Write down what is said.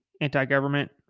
anti-government